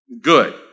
Good